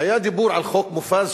היה דיבור על חוק מופז,